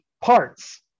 parts